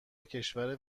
کشور